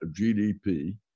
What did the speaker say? GDP